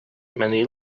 many